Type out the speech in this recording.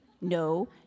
no